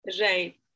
Right